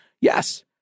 yes